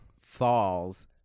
falls